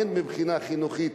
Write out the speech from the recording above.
הן מבחינה חינוכית,